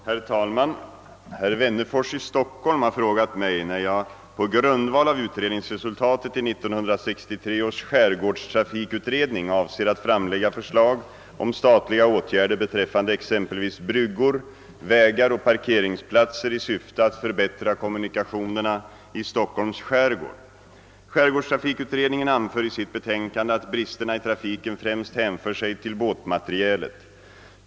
Herr talman! Herr Wennerfors har frågat mig när jag på grundval av utredningsresultatet i 1963 års skärgårdstrafikutredning avser att framlägga förslag om statliga åtgärder beträffande exempelvis bryggor, vägar och parkeringsplatser i syfte att förbättra kommunikationerna i Stockholms skärgård. Skärgårdstrafikutredningen anför i sitt betänkande, att bristerna i trafiken främst hänför sig till båtmaterialet.